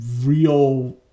Real